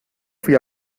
fuí